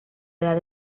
edad